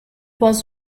was